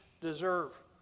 deserve